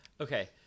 Okay